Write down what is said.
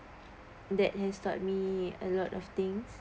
that has taught me a lot of things